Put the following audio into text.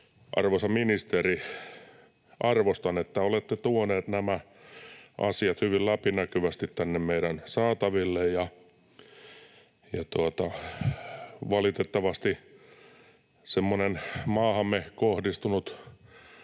Arvoisa ministeri, arvostan, että olette tuonut nämä asiat hyvin läpinäkyvästi tänne meidän saataville. Valitettavasti maahamme kohdistunut